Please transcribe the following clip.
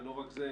ולא רק זה,